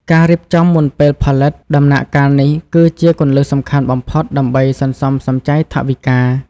ការរៀបចំមុនពេលផលិត ដំណាក់កាលនេះគឺជាគន្លឹះសំខាន់បំផុតដើម្បីសន្សំសំចៃថវិកា។